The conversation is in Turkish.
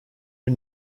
bir